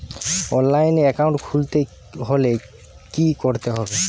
অনলাইনে একাউন্ট খুলতে হলে কি করতে হবে?